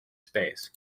space